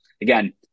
again